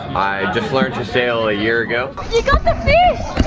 just learned to sail a year ago. you got the fish!